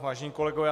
Vážení kolegové.